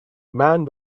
man